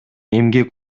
эмгек